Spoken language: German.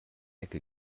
ecke